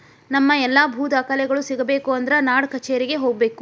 ನಮ್ಮ ಎಲ್ಲಾ ಭೂ ದಾಖಲೆಗಳು ಸಿಗಬೇಕು ಅಂದ್ರ ನಾಡಕಛೇರಿಗೆ ಹೋಗಬೇಕು